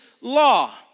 law